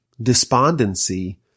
despondency